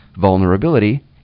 vulnerability